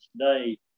today